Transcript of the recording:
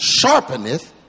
sharpeneth